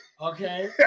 Okay